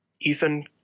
Ethan